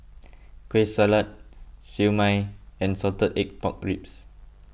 Kueh Salat Siew Mai and Salted Egg Pork Ribs